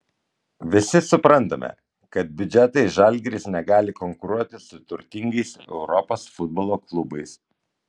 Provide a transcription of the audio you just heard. visi suprantame kad biudžetais žalgiris negali konkuruoti su turtingais europos futbolo klubais